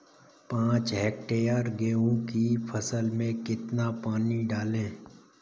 पाँच हेक्टेयर गेहूँ की फसल में कितना पानी डालें?